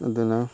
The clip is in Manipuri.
ꯑꯗꯨꯅ